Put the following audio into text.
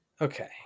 okay